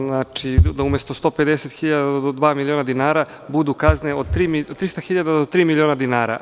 Znači, da umesto 150.000 do dva miliona dinara budu kazne od 300.000 do tri miliona dinara.